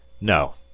No